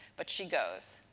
but, she goes.